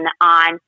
on